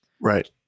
Right